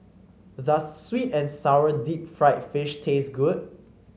does sweet and sour Deep Fried Fish taste good